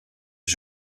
was